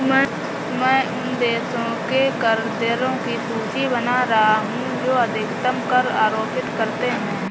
मैं उन देशों के कर दरों की सूची बना रहा हूं जो अधिकतम कर आरोपित करते हैं